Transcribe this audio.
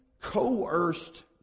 coerced